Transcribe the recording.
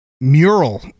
mural